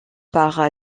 par